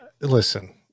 listen